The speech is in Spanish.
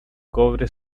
cobre